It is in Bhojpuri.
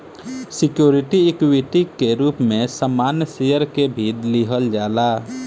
सिक्योरिटी इक्विटी के रूप में सामान्य शेयर के भी लिहल जाला